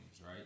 right